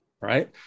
right